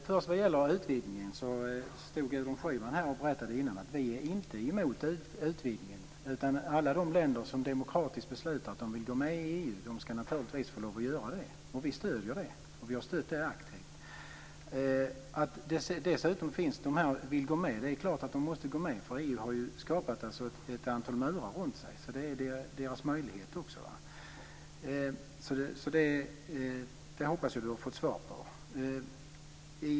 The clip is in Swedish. Fru talman! Gudrun Schyman stod här innan den här debatten och berättade att vi inte är emot utvidgningen. Alla de länder som demokratiskt beslutar att de vill gå med i EU skall naturligtvis få lov att göra det. Vi stöder det, vi har stött det aktivt. Och det är klart att de måste gå med, för EU har ju skapat ett antal murar runt sig, så det är deras möjlighet också. Jag hoppas att Sten Tolgfors har fått svar på detta.